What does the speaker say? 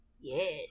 Yes